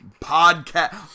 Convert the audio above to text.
Podcast